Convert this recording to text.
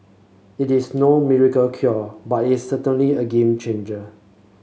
it is no miracle cure but it is certainly a game changer